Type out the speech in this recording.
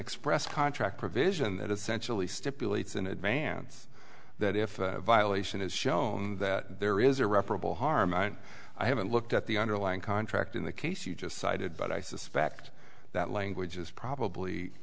express contract provision that essentially stipulates in advance that if violation is shown that there is irreparable harm i haven't looked at the underlying contract in the case you just cited but i suspect that language is probably